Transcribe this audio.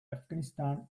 afghanistan